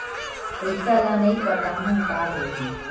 पईसा ल नई पटाहूँ का होही?